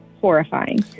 horrifying